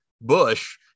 bush